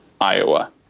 Iowa